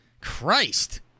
Christ